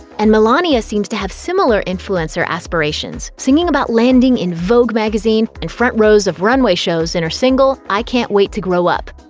and milania seems to have similar influencer aspirations, singing about landing in vogue magazine and front rows of runway shows in her single, i can't wait to grow up.